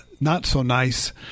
not-so-nice